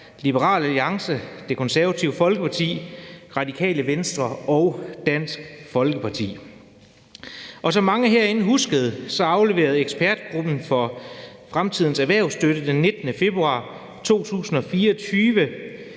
Liberal Alliance, Det Konservative Folkeparti, Radikale Venstre og Dansk Folkeparti. Som mange herinde husker, afleverede ekspertgruppen for fremtidens erhvervsstøtte den 19. februar 2024